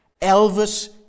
Elvis